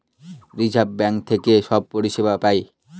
reserve bank থেকে সব পরিষেবা পায়